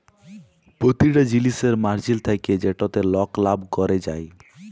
পতিটা জিলিসের মার্জিল থ্যাকে যেটতে লক লাভ ক্যরে যায়